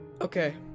Okay